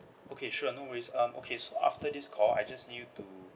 okay sure no worries um okay so after this call I just need you to